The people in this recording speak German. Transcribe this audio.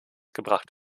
gebracht